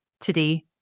today